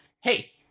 hey